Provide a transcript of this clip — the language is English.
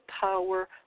power